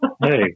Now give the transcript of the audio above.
Hey